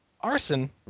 Arson